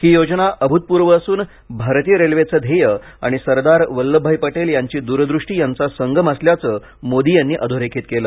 ही योजना अभूतपूर्व असून भारतीय रेल्वेचं ध्येय आणि सरदार वल्लभभाई पटेल यांची दूरदृष्टी यांचा संगम असल्याचं मोदी यांनी अधोरेखित केलं